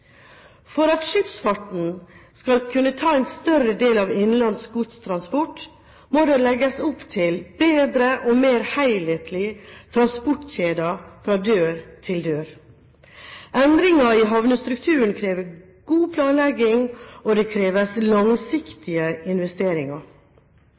For at skipsfarten skal kunne ta en større del av innenlands godstransport, må det legges opp til bedre og mer helhetlige transportkjeder fra dør til dør. Endringer i havnestrukturen krever god planlegging, og det kreves